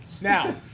Now